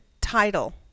title